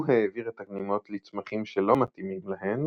הוא העביר את הכנימות לצמחים שלא מתאימים להן,